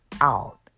out